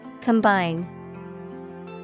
Combine